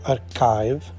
Archive